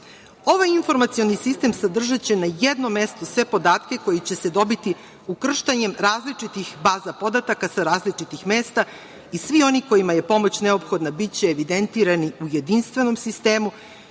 informacioni sistem sadržaće na jednom mestu sve podatke koji će se dobiti ukrštanjem različitih baza podataka sa različitih mesta i svi oni kojima je pomoć neophodna biće evidentirani u jedinstvenom sistemu